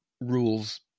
rules